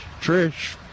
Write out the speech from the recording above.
Trish